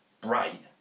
bright